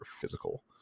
physical